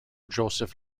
joseph